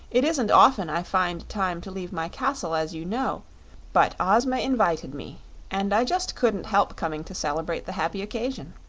it isn't often i find time to leave my castle, as you know but ozma invited me and i just couldn't help coming to celebrate the happy occasion.